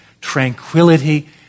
tranquility